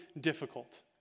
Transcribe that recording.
difficult